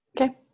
Okay